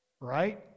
right